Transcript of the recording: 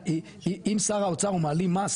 אם שר האוצר הוא מעלים מס,